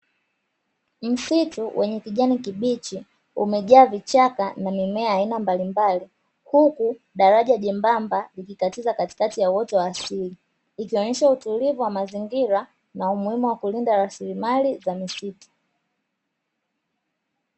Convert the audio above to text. Msitu wenye kijani kibichi, umejaa vichaka na mimea aina mbalimbali, huku daraja la jembamba, likikatiza katikatu ya uoto wa asili ikionyesha utulivu wa mazingira na umuhimu wa kulinda rasilimali za misitu.